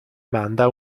manda